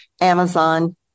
Amazon